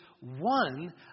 one